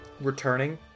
returning